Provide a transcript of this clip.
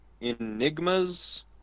enigmas